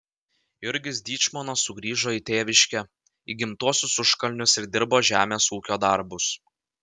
jurgis dyčmonas sugrįžo į tėviškę į gimtuosius užkalnius ir dirbo žemės ūkio darbus